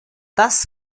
das